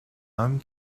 homme